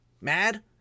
mad